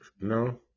No